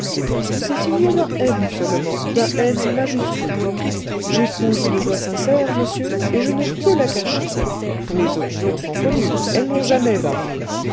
c'est signé d'un n seulement d'un n majuscule j'éprouve une joie sincère monsieur et je ne peux la cacher mes opinions sont connues elles n'ont jamais varié